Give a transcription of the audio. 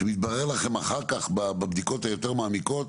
שמתברר לכם אחר כך בבדיקות היותר מעמיקות,